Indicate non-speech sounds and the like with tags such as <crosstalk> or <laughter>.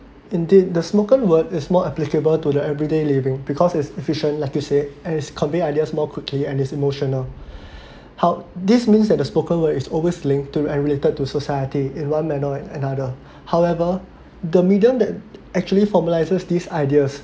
indeed the spoken word is more applicable to the everyday living because it's efficient like you said as convey ideas more quickly and is emotional <breath> how this means that the spoken word is always linked to and related to society in one manner and another <breath> however the medium that actually formalises these ideas